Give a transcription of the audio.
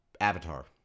Avatar